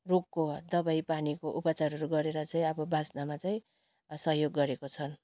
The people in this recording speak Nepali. रोगको दबाई पानीको उपचारहरू गरेर चाहिँ अब बाच्नमा चाहिँ सहयोग गरेको छन्